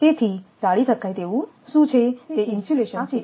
તેથી ટાળી શકાય તેવું શું છે તે ઇન્સ્યુલેશન છેબરાબર છે